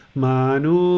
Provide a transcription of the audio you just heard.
manu